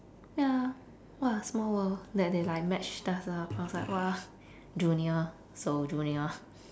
ya !wah! small world that they like matched us up I was like [wah] junior so junior